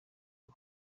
ubu